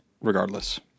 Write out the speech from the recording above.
regardless